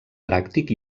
pràctic